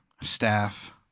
staff